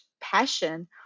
passion